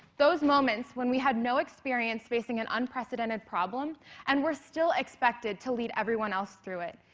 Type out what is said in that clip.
those moments when we have no experience facing an unprecedented problem and we're still expected to lead everyone else through it,